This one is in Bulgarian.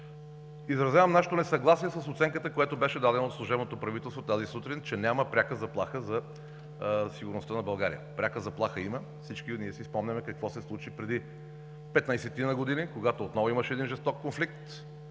Изразявам нашето несъгласие с оценката, която беше дадена от служебното правителство тази сутрин, че няма пряка заплаха за сигурността на България. Пряка заплаха има! Всички ние си спомняме какво се случи преди петнадесетина години, когато отново имаше един жесток конфликт,